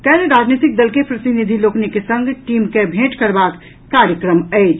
काल्हि राजनीतिक दल के प्रतिनिधि लोकनिक संग टीम के भेंट करबाक कार्यक्रम अछि